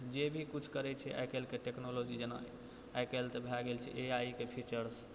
जे भी कुछ करै छै आइ काल्हिके टेक्नोलॉजी जेना आइ काल्हि तऽ भए गेल छै ए आइ के फीचर्स